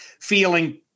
feeling